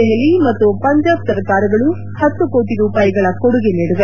ದೆಹಲಿ ಮತ್ತು ಪಂಜಾಬ್ ಸರಕಾರಗಳು ಹತ್ತು ಕೋಟ ರೂಪಾಯಿಗಳ ಕೊಡುಗೆ ನೀಡಿವೆ